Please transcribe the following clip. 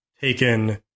taken